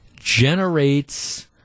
generates